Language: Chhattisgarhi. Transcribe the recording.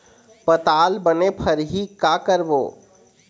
पताल बने फरही का करबो?